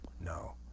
no